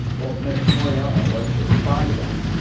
ms. mauriello, i'll let you respond to that.